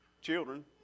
children